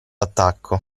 attacco